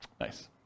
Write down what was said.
Nice